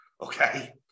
okay